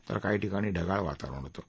तर काही ठिकाणी ढगाळ वातावरण होतं